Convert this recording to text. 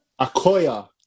Akoya